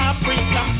Africa